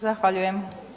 Zahvaljujem.